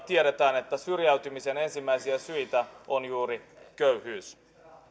tiedetään että syrjäytymisen ensimmäisiä syitä on juuri köyhyys